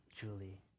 Julie